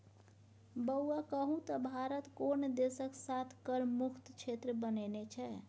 बौआ कहु त भारत कोन देशक साथ कर मुक्त क्षेत्र बनेने छै?